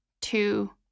two